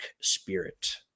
spirit